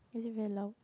is it very loud